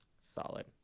Solid